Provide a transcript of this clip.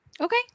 okay